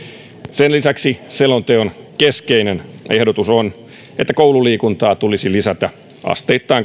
sen lisäksi selonteon keskeinen ehdotus on että koululiikuntaa tulisi lisätä asteittain